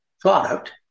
product